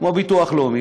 כמו ביטוח לאומי.